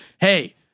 hey